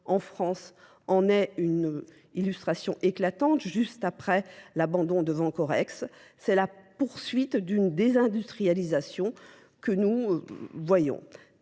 en France en est une illustration éclatante juste après l'abandon de Vancorex. C'est la poursuite d'une désindustrialisation que nous voyons.